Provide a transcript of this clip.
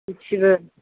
सयथिबो